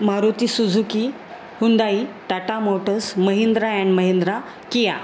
Maruti Suzuki Hyundai Tata Motors Mahindra and Mahindra KIA